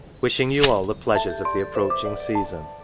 wishing you all the pleasures of the approaching season,